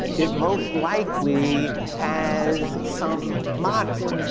it most likely has some modicum,